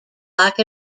black